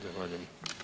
Zahvaljujem.